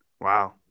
Wow